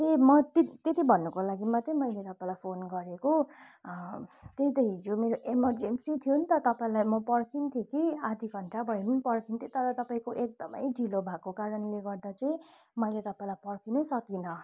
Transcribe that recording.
pay म त्यति भन्नुको लागि मात्रै मैले तपाईँलाई फोन गरेको त्यही त हिजो मेरो एमेरजेन्सी थियो नि त तपाईँलाई म पर्खने थिएँ कि आधा घण्टा भए नि पर्खने थिएँ तर तपाईँको एकदमै ढिलो भएको कारणले गर्दा चाहिँ मैले तपाईँलाई पर्खिनै सकिनँ